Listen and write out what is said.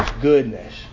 goodness